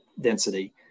density